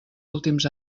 últims